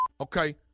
Okay